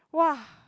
wah